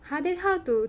!huh! then how to